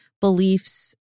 beliefs